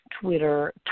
Twitter